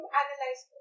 analyze